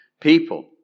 people